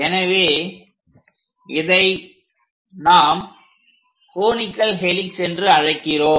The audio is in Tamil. எனவே இதை நாம் கோனிகல் ஹெலிக்ஸ் என்று அழைக்கிறோம்